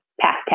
past